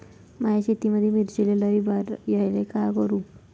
माया शेतामंदी मिर्चीले लई बार यायले का करू?